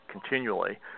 continually